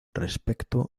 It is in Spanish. respecto